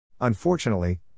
Unfortunately